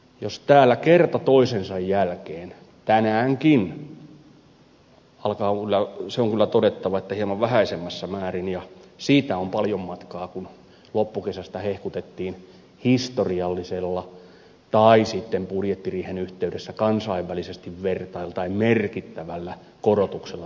mutta täällä kerta toisensa jälkeen tänäänkin alkaa hehkutus kyllä se on kyllä todettava että hieman vähäisemmässä määrin ja siitä on paljon matkaa kun loppukesästä hehkutettiin historiallisella tai sitten budjettiriihen yhteydessä kansainvälisesti vertaillen merkittävällä korotuksella tähän sosiaaliturvaan